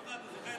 שמחה, אתה